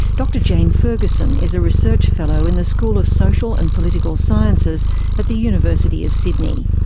dr jane ferguson is a research fellow in the school of social and political sciences at the university of sydney.